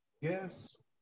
Yes